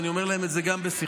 ואני אומר להם את זה גם בשיחות: